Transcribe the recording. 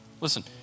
Listen